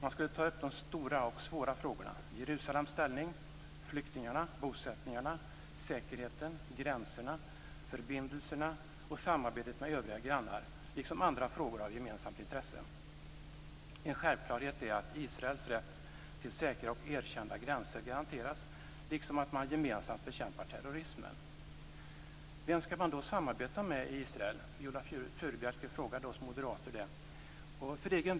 Man skulle då ta upp de stora och svåra frågorna - Jerusalems ställning, flyktingarna, bosättningarna, säkerheten, gränserna, förbindelserna och samarbetet med övriga grannar liksom andra frågor av gemensamt intresse. En självklarhet är att Israels rätt till säkra och erkända gränser garanteras liksom att man gemensamt bekämpar terrorismen. Vem skall man då samarbeta med i Israel? Viola Furubjelke frågade oss moderater om detta.